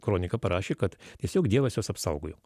kroniką parašė kad tiesiog dievas juos apsaugojo